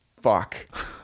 fuck